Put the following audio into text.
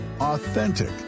authentic